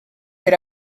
per